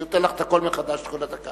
אני נותן לך את הכול מחדש, כל הדקה.